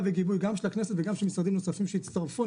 וגיבוי גם של הכנסת וגם של משרדים נוספים שיצטרפו.